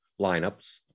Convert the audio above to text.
lineups